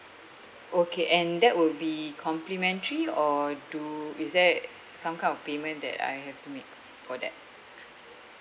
okay and that will be complimentary or do is there some kind of payment that I have to make for that